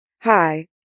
Hi